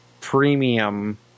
Premium